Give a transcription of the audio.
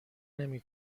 نمی